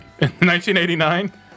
1989